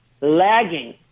lagging